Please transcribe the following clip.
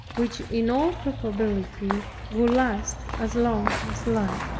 which in all probability will last as long as life.